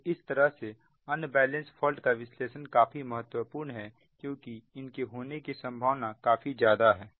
तो इस तरह अनबैलेंस फॉल्ट का विश्लेषण काफी महत्वपूर्ण है क्योंकि इनके होने की संभावना काफी ज्यादा है